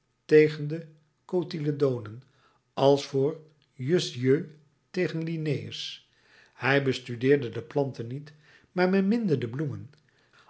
tegen de cotyledonen als voor jussieu tegen linnaeus hij bestudeerde de planten niet maar beminde de bloemen